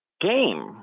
game